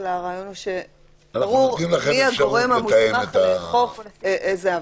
אלא הרעיון הוא שברור מי הוא הגורם המוסמך לאכוף איזו עבירה.